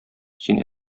син